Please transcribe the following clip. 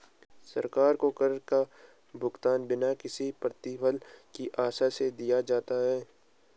सरकार को कर का भुगतान बिना किसी प्रतिफल की आशा से दिया जाता है